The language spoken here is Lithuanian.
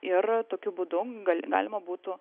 ir tokiu būdu gali galima būtų